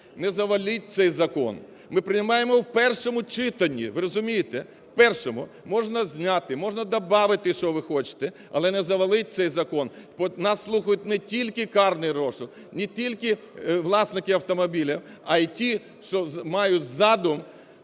не заваліть цей закон, ми приймаємо в першому читанні, ви розумієте, в першому, можна зняти, можна добавити що ви хочете, але не завалити цей закон. Нас слухають не тільки карний розшук, не тільки власники автомобілів, а й ті, що мають позаду